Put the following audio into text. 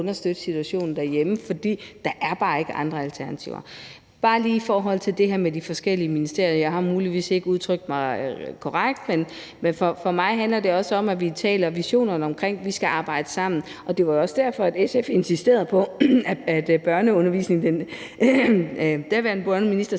understøtte situationen derhjemme, for der er bare ikke andre alternativer. Bare lige i forhold til det her med de forskellige ministerier vil jeg sige, at jeg muligvis ikke har udtrykt mig korrekt, men for mig handler det også om, at vi taler om visionerne omkring det, at vi skal arbejde sammen. Det var jo også derfor, at SF insisterede på, at den daværende børneminister